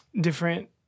different